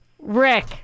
Rick